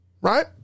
right